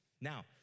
Now